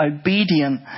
obedient